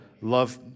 love